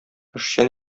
эшчән